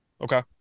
Okay